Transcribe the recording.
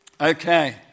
Okay